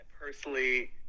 personally